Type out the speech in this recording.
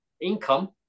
income